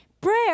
Prayer